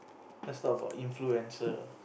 first talk about influencer